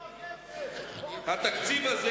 התקציב הזה